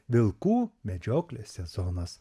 vilkų medžioklės sezonas